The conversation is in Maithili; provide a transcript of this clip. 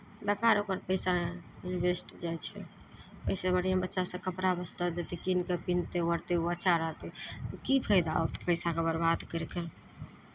बेकार ओकर पैसा वेस्ट जाइ छै ओहिसँ बढ़िआँ बच्चासभकेँ कपड़ा वस्त्र देतै कीनि कऽ पहनतै ओढ़तै ओ अच्छा रहतै की फाइदा ओ पैसाके बरबाद करि कऽ